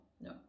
no